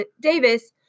davis